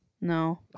No